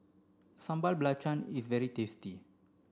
Sambal Belacan is very tasty